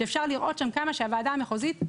שאפשר לראות שם כמה שהוועדה המחוזית,